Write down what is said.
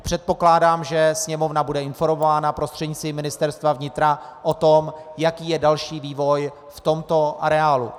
Předpokládám, že Sněmovna bude informována prostřednictvím Ministerstva vnitra o tom, jaký je další vývoj v tomto areálu.